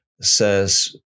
says